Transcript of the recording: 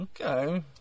okay